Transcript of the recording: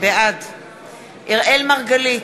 בעד אראל מרגלית,